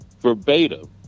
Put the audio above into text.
verbatim